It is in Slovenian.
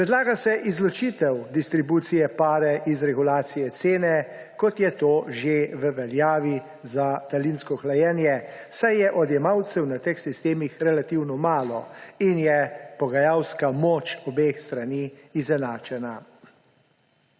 Predlaga se izločitev distribucije pare iz regulacije cene, kot je to že v veljavi za daljinsko hlajenje, saj je odjemalcev na teh sistemih relativno malo in je pogajalska moč obeh strani izenačena.